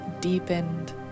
deepened